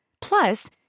Plus